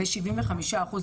ב-75%.